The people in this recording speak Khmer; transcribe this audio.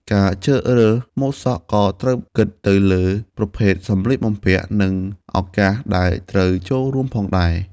ការជ្រើសរើសម៉ូតសក់ក៏ត្រូវគិតទៅលើប្រភេទសម្លៀកបំពាក់ និងឱកាសដែលត្រូវចូលរួមផងដែរ។